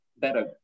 better